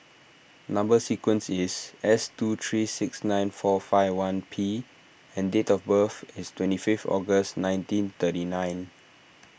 Number Sequence is S two three six nine four five one P and date of birth is twenty five August nineteen thirty nine